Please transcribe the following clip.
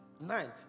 Nine